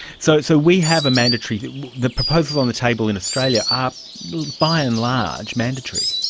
so so we have a mandatory, the the proposals on the table in australia are by and large mandatory.